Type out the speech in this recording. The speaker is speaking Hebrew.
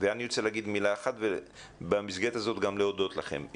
ואחר כך אני רוצה גם להגיד מילה אחת ובמסגרת הזאת גם להודות לכם.